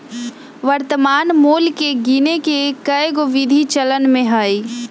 वर्तमान मोल के गीने के कएगो विधि चलन में हइ